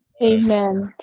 Amen